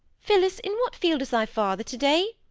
phillis, in what field is thy father to-day